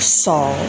ਸੌ